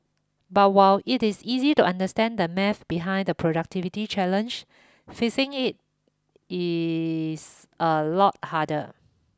but while it is easy to understand the maths behind the productivity challenge fixing it is a lot harder